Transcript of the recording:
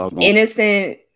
innocent